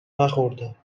نخورده